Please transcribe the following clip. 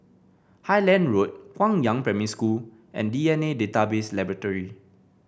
Highland Road Guangyang Primary School and D N A Database Laboratory